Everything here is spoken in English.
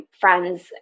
friends